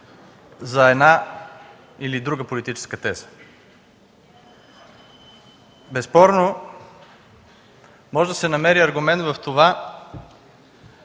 за една или друга политическа теза. Безспорно може да се намери аргумент в това